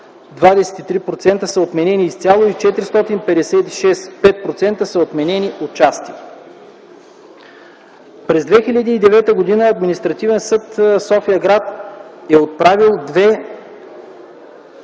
(23%) са отменени изцяло и 456 (5 %) са отменени отчасти. През 2009 г. Административен съд – София-град е отправил две